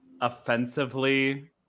offensively